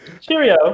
cheerio